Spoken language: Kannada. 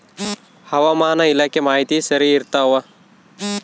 ಹವಾಮಾನ ಇಲಾಖೆ ಮಾಹಿತಿ ಸರಿ ಇರ್ತವ?